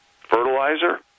fertilizer